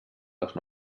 les